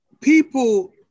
people